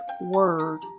word